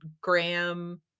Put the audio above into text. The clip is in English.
Graham